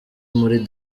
muri